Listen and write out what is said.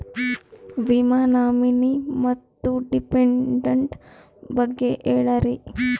ವಿಮಾ ನಾಮಿನಿ ಮತ್ತು ಡಿಪೆಂಡಂಟ ಬಗ್ಗೆ ಹೇಳರಿ?